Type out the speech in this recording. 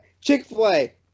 Chick-fil-A